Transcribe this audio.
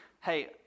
hey